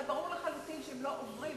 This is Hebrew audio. לא עוברים.